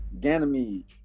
Ganymede